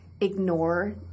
ignore